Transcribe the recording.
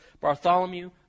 bartholomew